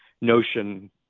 notion